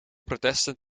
protesten